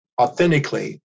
authentically